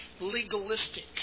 legalistic